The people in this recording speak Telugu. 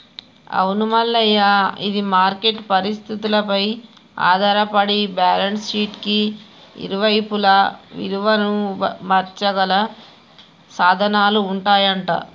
అవును మల్లయ్య ఇది మార్కెట్ పరిస్థితులపై ఆధారపడి బ్యాలెన్స్ షీట్ కి ఇరువైపులా విలువను మార్చగల సాధనాలు ఉంటాయంట